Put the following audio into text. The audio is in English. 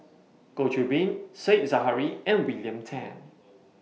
Goh Qiu Bin Said Zahari and William Tan